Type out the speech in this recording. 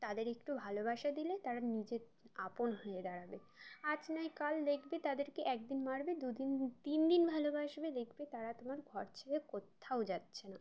তাদের একটু ভালোবাসা দিলে তারা নিজের আপন হয়ে দাঁড়াবে আজ নাই কাল দেখবে তাদেরকে একদিন মারবে দুদিন তিন দিন ভালোবাসবে দেখবে তারা তোমার ঘর ছেড় কোথাও যাচ্ছে না